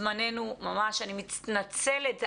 זמננו קצר, אני מתנצלת.